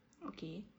okay